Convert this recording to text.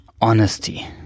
honesty